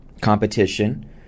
competition